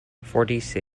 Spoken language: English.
fordyce